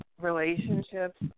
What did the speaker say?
relationships